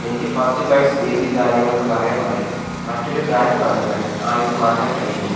എനിക്ക് First Bites baby ധാന്യങ്ങൾക്ക് പകരമായി മറ്റൊരു ബ്രാൻഡ് ബണ്ണുകൾ ആയിട്ട് മാറ്റാൻ കഴിയുമോ